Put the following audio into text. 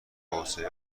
توسعه